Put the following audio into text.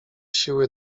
siły